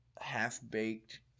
half-baked